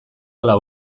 hala